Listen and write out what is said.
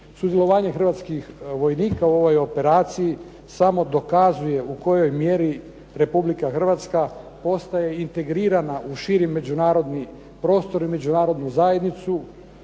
Sudjelovanje hrvatskih vojnika u ovoj operaciji samo dokazuje u kojoj mjeri Republika Hrvatska postaje integrirana u širi međunarodni prostor i međunarodnu zajednicu